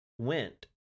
went